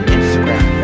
Instagram